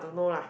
yeah